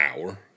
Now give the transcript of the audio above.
hour